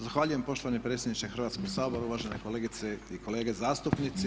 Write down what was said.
Zahvaljujem poštovani predsjedniče Hrvatskog sabora, uvažene kolegice i kolege zastupnici.